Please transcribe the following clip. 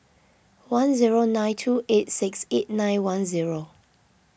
one zero nine two eight six eight nine one zero